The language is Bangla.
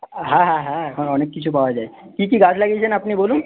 হ্যাঁ হ্যাঁ এখন অনেক কিছু পাওয়া যায় কী কী গাছ লাগিয়েছেন আপনি বলুন